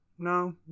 no